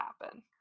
happen